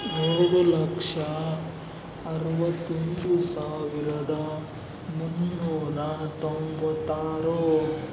ಮೂರು ಲಕ್ಷ ಅರವತ್ತೊಂದು ಸಾವಿರದ ಮುನ್ನೂರ ತೊಂಬತ್ತಾರು